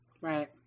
Right